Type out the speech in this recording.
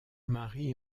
mari